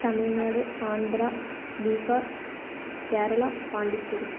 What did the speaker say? Tamil Nadu Andhra Bihar Kerala Pondicherry